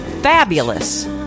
fabulous